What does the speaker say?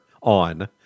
on